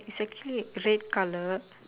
is actually red colour